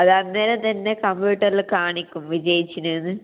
അതന്നേരം തന്നെ കമ്പ്യൂട്ടറില് കാണിക്കും വിജയിച്ചു എന്ന്